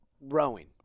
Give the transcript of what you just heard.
rowing